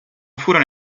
furono